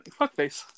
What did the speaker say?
Fuckface